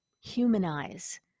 humanize